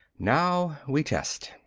now we test,